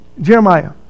Jeremiah